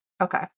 Okay